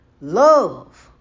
Love